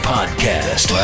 Podcast